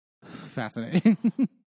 Fascinating